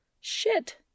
Shit